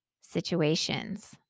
situations